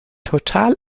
total